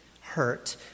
hurt